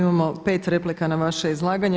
Imamo 5 replika na vaše izlaganje.